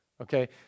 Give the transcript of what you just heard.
Okay